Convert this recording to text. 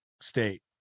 state